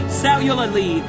cellularly